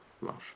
love